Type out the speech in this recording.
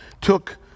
took